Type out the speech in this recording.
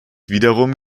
wiederum